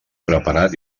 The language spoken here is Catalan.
preparat